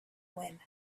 when